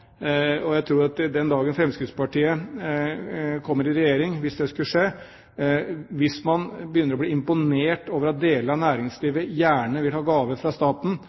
fall. Jeg tror at den dagen Fremskrittspartiet kommer i regjering, hvis det skulle skje, og begynner å bli imponert over at deler av næringslivet gjerne vil ha gave fra staten,